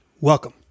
Welcome